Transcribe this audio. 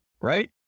Right